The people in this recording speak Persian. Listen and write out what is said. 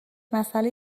مسئله